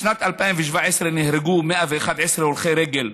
בשנת 2017 נהרגו 111 הולכי רגל,